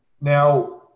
now